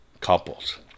couples